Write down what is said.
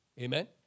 Amen